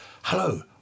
hello